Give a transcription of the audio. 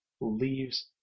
leaves